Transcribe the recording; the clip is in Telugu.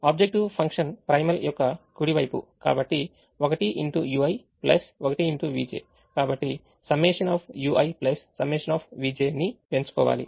ఆబ్జెక్టివ్ ఫంక్షన్ ప్రైమల్ యొక్క కుడి వైపు కాబట్టి కాబట్టిΣui Σvj ని పెంచుకోవాలి